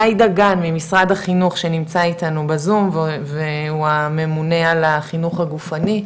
גיא דגן ממשרד החינוך שנמצא איתנו בזום והוא הממונה על החינוך הגופני,